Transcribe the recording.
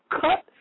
cut